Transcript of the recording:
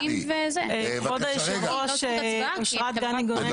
כבוד היושב ראש, אשרת גני גונן,